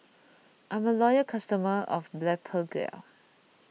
I'm a loyal customer of Blephagel